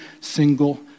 single